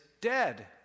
dead